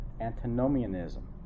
antinomianism